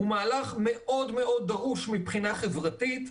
הוא מהלך דרוש מאוד מבחינה חברתית,